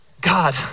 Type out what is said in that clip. God